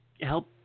help